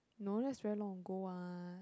no that's very long ago what